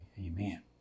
Amen